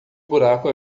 buraco